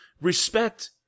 respect